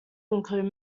include